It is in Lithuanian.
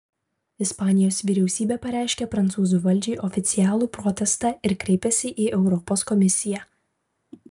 ispanijos vyriausybė pareiškė prancūzų valdžiai oficialų protestą ir kreipėsi į europos komisiją